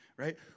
right